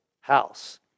house